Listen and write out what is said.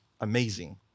Amazing